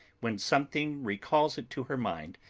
when something recalls it to her mind,